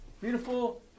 beautiful